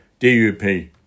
DUP